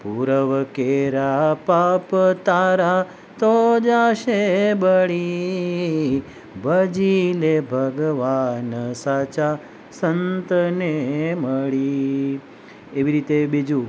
પૂરવ કેરા પાપ તારા તો જાશે બળી ભજી લે ભગવાન સાચા સંતને મળી એવી રીતે બીજું